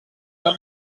cap